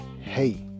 hey